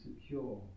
secure